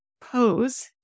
pose